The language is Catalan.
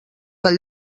del